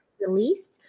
release